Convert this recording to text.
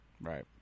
Right